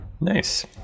nice